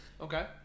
Okay